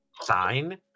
sign